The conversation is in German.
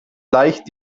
leicht